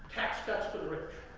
tax cuts the rich.